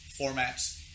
formats